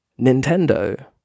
Nintendo